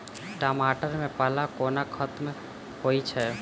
टमाटर मे पाला कोना खत्म होइ छै?